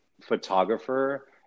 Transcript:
photographer